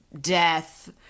death